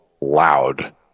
loud